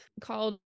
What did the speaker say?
called